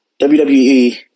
WWE